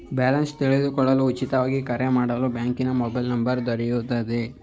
Balance ತಿಳಿದುಕೊಳ್ಳಲು ಉಚಿತವಾಗಿ ಕರೆ ಮಾಡಲು ಬ್ಯಾಂಕಿನ ಮೊಬೈಲ್ ನಂಬರ್ ದೊರೆಯುವುದೇ?